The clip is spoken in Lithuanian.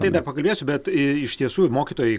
tai dar pakalbėsiu bet iš tiesų ir mokytojai